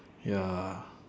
ya